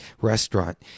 restaurant